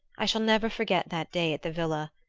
i shall never forget that day at the villa.